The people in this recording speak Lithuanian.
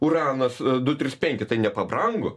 uranas du trys penki tai nepabrango